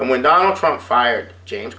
and when donald trump fired james